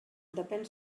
depèn